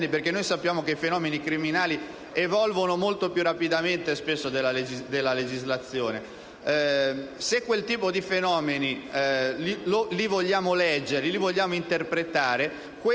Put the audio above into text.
perché sappiamo che i fenomeni criminali spesso evolvono molto più rapidamente della legislazione. Se quel tipo di fenomeni li vogliamo leggere e li vogliamo interpretare,